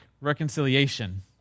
reconciliation